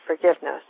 forgiveness